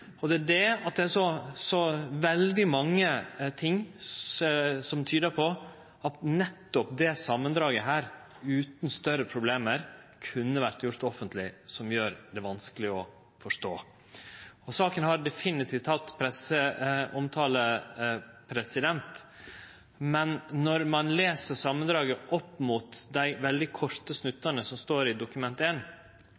etter mitt skjøn. Det at det er så veldig mange ting som tyder på at nettopp dette samandraget utan større problem kunne ha vore gjort offentleg, gjer det vanskeleg å forstå. Saka har definitivt hatt presseomtale, men når ein les samandraget opp mot dei veldig korte